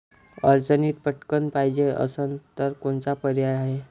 अडचणीत पटकण पायजे असन तर कोनचा पर्याय हाय?